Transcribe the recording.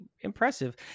impressive